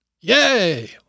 Yay